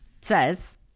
says